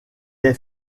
est